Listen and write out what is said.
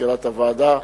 מזכירת הוועדה,